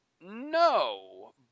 No